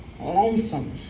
lonesome